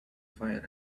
fire